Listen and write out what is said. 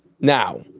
Now